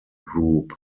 group